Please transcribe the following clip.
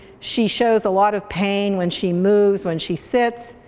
she shows a lot of pain when she moves, when she sits.